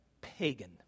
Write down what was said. pagan